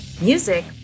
Music